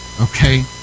okay